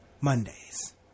Mondays